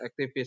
activists